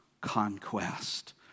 conquest